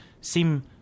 seem